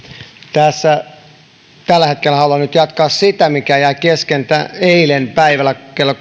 tässä tällä hetkellä haluan nyt jatkaa sitä mikä jäi kesken keskustelussa eilen päivällä kello